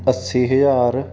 ਅੱਸੀ ਹਜ਼ਾਰ